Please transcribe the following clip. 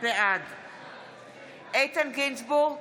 בעד איתן גינזבורג,